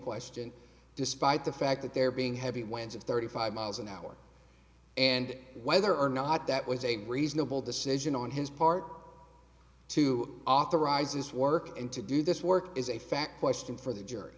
question despite the fact that there being heavy winds of thirty five miles an hour and whether or not that was a reasonable decision on his part to authorize his work and to do this work is a fact question for the jury